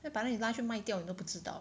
等下把你拉去卖掉你都不知道